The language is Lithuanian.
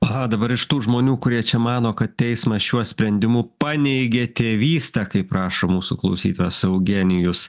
aha dabar iš tų žmonių kurie čia mano kad teismas šiuo sprendimu paneigė tėvystę kaip rašo mūsų klausytojas eugenijus